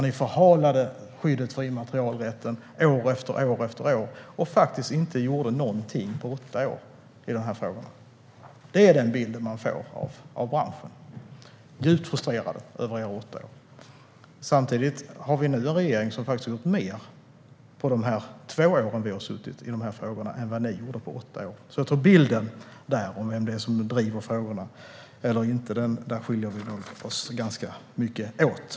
Ni förhalade skyddet för immaterialrätten år efter år. Ni gjorde faktiskt ingenting på åtta år i den här frågan. Det är den bilden man får av branschen. Där är man djupt frustrerad över era åtta år. Nu har vi en regering som gjort mer i de här frågorna under de två år vi suttit än vad ni gjorde på åtta år. Vad gäller bilden av vem det är som driver frågorna eller inte tror jag att vi skiljer oss ganska mycket åt.